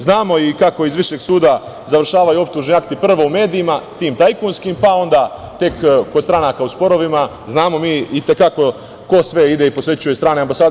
Znamo kako iz višeg suda završavaju optužni akti, prvo u medijima, tim tajkunskim, pa, onda tek kod stranaka u sporovima, znamo mi i te kako ko sve ide i posećuje strane ambasade.